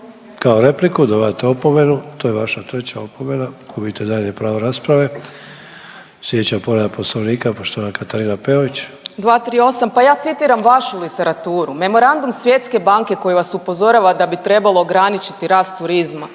kao repliku dobivate opomenu, to je vaša treća opomena gubite daljnje pravo rasprave. Sljedeća povreda poslovnika poštovana Katarina Peović. **Peović, Katarina (RF)** 238., pa ja citiram vašu literaturu memorandum Svjetske banke koji vas upozorava da bi trebalo ograničiti rast turizma